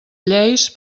lleis